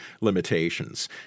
limitations